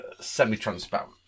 semi-transparent